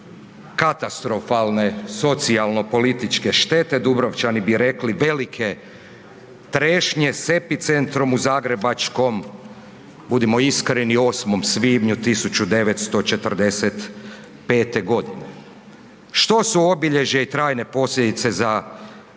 katastrofalne socijalno političke štete, Dubrovčani bi rekli velike trešnje s epicentrom u zagrebačkom, budimo iskreni 8. svibnja 1945. godine. Što su obilježja i trajne posljedice za središte